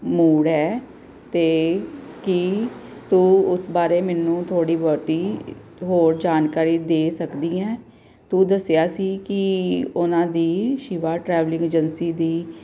mood ਹੈ ਅਤੇ ਕੀ ਤੂੰ ਉਸ ਬਾਰੇ ਮੈਨੂੰ ਥੋੜ੍ਹੀ ਬਹੁਤੀ ਹੋਰ ਜਾਣਕਾਰੀ ਦੇ ਸਕਦੀ ਹੈ ਤੂੰ ਦੱਸਿਆ ਸੀ ਕਿ ਉਹਨਾਂ ਦੀ ਸ਼ਿਵਾ ਟਰੈਵਲਿੰਗ ਏਜੰਸੀ ਦੀ